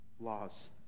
laws